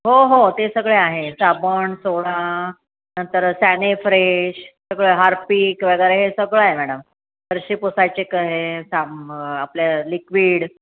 हो हो ते सगळे आहे साबण सोडा नंतर सॅनेफ्रेश सगळं हार्पिक वगैरे हे सगळं आहे मॅडम फरशी पुसायचे क हे साब आपलं लिक्विड